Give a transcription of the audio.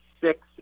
six